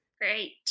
Great